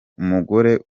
umugore